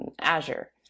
Azure